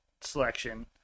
selection